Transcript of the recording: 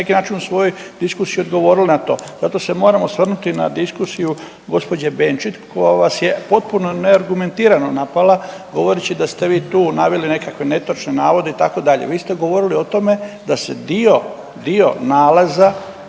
neki način u svojoj diskusiji odgovorili na to. Zato se moram osvrnuti na diskusiju gospođe Benčić koja vas je potpuno neargumentirano napala govoreći da ste vi tu naveli nekakve netočne navode itd. Vi ste govorili o tome da se dio nalaza